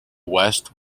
west